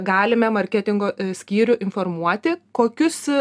galime marketingo skyrių informuoti kokius